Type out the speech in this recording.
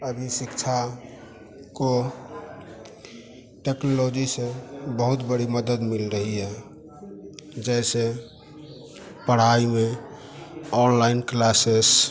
अभी शिक्षा को टेक्नोलॉजी से बहुत बड़ी मदद मिल रही है जैसे पढ़ाई में ऑणलाइन क्लासेस